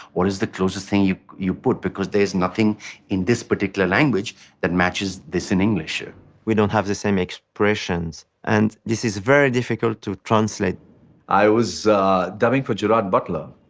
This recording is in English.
what is the closest thing you you put, because there's nothing in this particular language that matches this in english we don't have the same expressions, and this is very difficult to translate i was dubbing for gerard butler,